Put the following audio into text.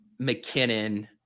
McKinnon